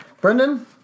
Brendan